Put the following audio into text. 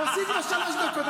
תוסיף לו שלוש דקות.